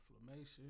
inflammation